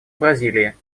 бразилии